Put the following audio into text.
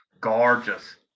gorgeous